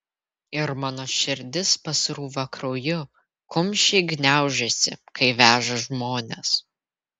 ir mano širdis pasrūva krauju kumščiai gniaužiasi kai veža žmones